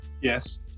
Yes